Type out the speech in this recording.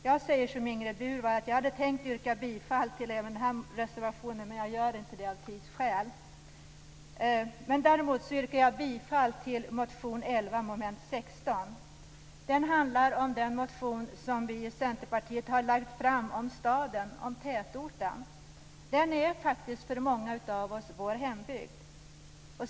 Jag säger som Ingrid Burman. Jag hade tänkt att yrka bifall till även denna reservation, men jag gör inte det av tidsskäl. Däremot yrkar jag bifall till motion 11 under mom. 16. Den motion som Centerpartiet har väckt handlar om staden, om tätorten. Den är faktiskt för många av oss vår hembygd.